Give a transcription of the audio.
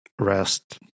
rest